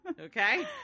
Okay